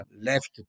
left